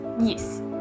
Yes